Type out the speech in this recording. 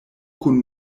kun